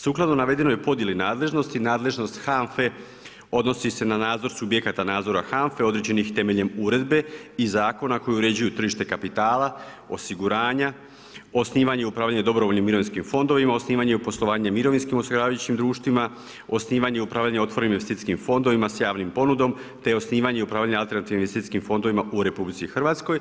Sukladno navedenoj podijeli nadležnosti nadležnost HANF-e odnosi se na nadzor subjekata nadzora HANF-e određenih temeljem uredbe i zakona koji uređuju tržište, kapitala osiguranja, osnivanje i upravljanje dobrovoljnim mirovinskim fondovima, osnivanje i upravljanje mirovinskih osiguravajućim društvima, osnivanje i upravljanje otvorenim investicijskim fondovima s javnom ponudom, te osnivanje i upravljanje alternativnim investicijskim fondovima u Republici Hrvatskoj.